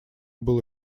было